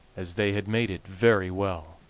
as they had made it very well.